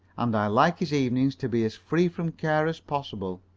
and i like his evenings to be as free from care as possible.